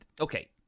okay